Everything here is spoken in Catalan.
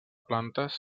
plantes